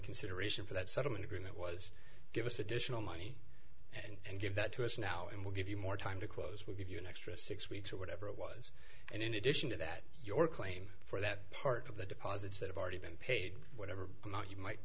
consideration for that settlement agreement was give us additional money and give that to us now and we'll give you more time to close we'll give you an extra six weeks or whatever it was and in addition to that your claim for that part of the deposits that have already been paid whatever amount you might